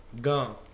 Gone